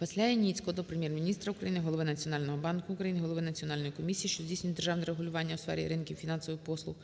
ВасиляЯніцького до Прем'єр-міністра України, Голови Національного банку України, голови Національної комісії, що здійснює державне регулювання у сфері ринків фінансових послуг,